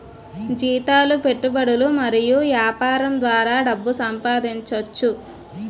జీతాలు పెట్టుబడులు మరియు యాపారం ద్వారా డబ్బు సంపాదించోచ్చు